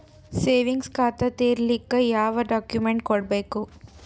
Savings ಖಾತಾ ತೇರಿಲಿಕ ಯಾವ ಡಾಕ್ಯುಮೆಂಟ್ ಕೊಡಬೇಕು?